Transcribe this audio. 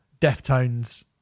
Deftones